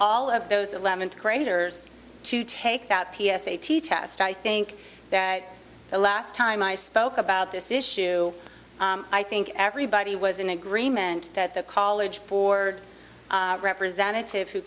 all of those eleventh graders to take that p s a t test i think that the last time i spoke about this issue i think everybody was in agreement that the college for representative who